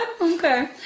Okay